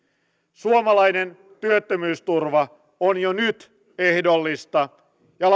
suomalainen työttömyysturva on jo nyt ehdollista ja